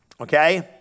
Okay